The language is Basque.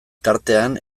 tartean